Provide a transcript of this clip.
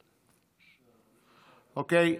אוקיי.